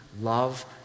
love